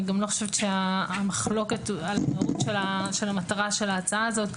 אני גם לא חושבת שהמחלוקת היא על מהות מטרת ההצעה הזאת,